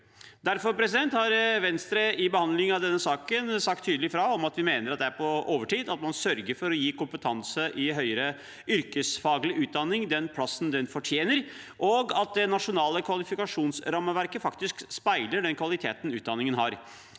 Derfor har Venstre i behandlingen av denne saken sagt tydelig fra om at vi mener det er på overtid at man sørger for å gi kompetanse i høyere yrkesfaglig utdanning den plassen den fortjener, og at det nasjonale kvalifikasjonsrammeverket faktisk speiler den kvaliteten utdanningen har.